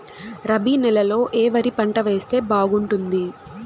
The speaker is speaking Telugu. రబి నెలలో ఏ వరి పంట వేస్తే బాగుంటుంది